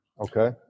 Okay